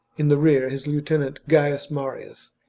in the rear his lieutenant, gaius marius,